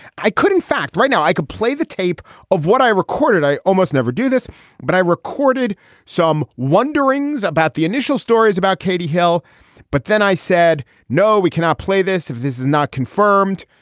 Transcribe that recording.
i could in fact right now i could play the tape of what i recorded i almost never do this but i recorded some wanderings about the initial stories about katie hill but then i said no we cannot play this if this is not confirmed.